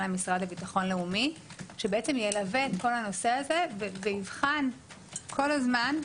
המשרד לביטחון לאומי שילווה את כל הנושא הזה ויבחן כל הזמן.